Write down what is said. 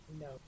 No